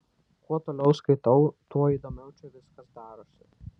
kuo toliau skaitau tuo įdomiau čia viskas darosi